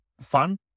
fun